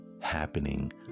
happening